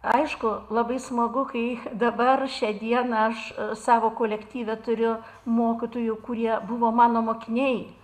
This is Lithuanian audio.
aišku labai smagu kai dabar šią dieną aš savo kolektyve turiu mokytojų kurie buvo mano mokiniai